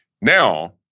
Now